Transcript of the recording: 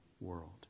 world